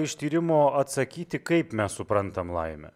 iš tyrimo atsakyti kaip mes suprantam laimę